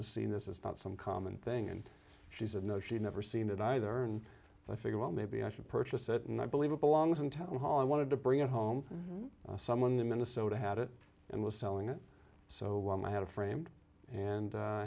has seen this is not some common thing and she said no she never seen it either and i figured well maybe i should purchase it and i believe it belongs in town hall i wanted to bring it home someone the minnesota had it and was selling it so when i had a framed and